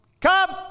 come